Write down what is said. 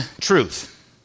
truth